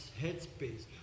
headspace